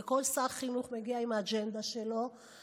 וכל שר חינוך מגיע עם האג'נדה שלו,